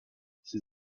ses